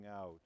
out